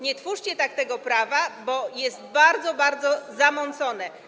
Nie twórzcie tak tego prawa, bo jest bardzo, bardzo zamącone.